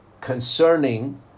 concerning